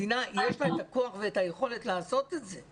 מדינה יש לה את הכוח ואת היכולת לעשות את זה.